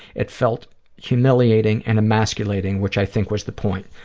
it felt humiliating and emasculating, which i think was the point.